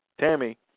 Tammy